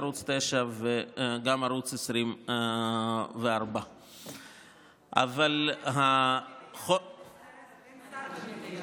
ערוץ 9 וגם ערוץ 24. אין שר במליאה.